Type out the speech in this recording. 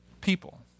people